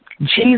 Jesus